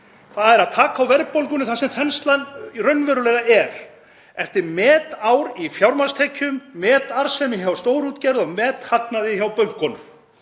þ.e. að taka á verðbólgunni þar sem þenslan raunverulega er, eftir metár í fjármagnstekjum, metarðsemi hjá stórútgerð og methagnað hjá bönkunum,